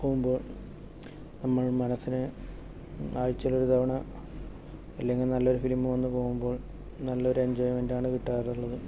പോകുമ്പോൾ നമ്മൾ മനസ്സിനെ ആഴ്ചയിൽ ഒരു തവണ അല്ലെങ്കിൽ നല്ല ഒരു ഫിലിം വന്നു പോകുമ്പോൾ നല്ലൊരു എൻജോയ്മെൻറ് ആണു കിട്ടാറുള്ളത്